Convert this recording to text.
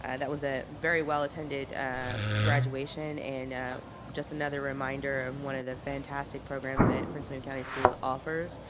ah that was a very well-attended graduation and just another reminder of one of the fantastic programs that prince william county schools offers.